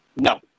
No